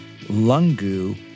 Lungu